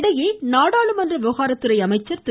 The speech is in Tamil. இதனிடையே நாடாளுமன்ற விவகாரத்துறை இணையமைச்சர் திரு